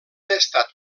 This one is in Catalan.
estat